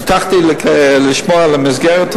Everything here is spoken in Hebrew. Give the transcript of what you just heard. הבטחתי לשמור על המסגרת.